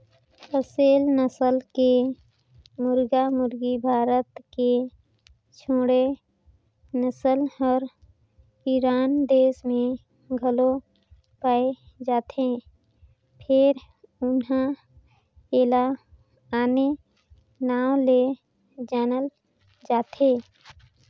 असेल नसल के मुरगा मुरगी भारत के छोड़े ए नसल हर ईरान देस में घलो पाये जाथे फेर उन्हा एला आने नांव ले जानल जाथे